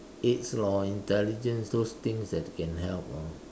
aids lor intelligence those things that can help lor